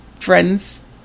friends